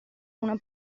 una